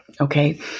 okay